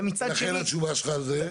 ומצד שני --- לכן, התשובה שלך על זה?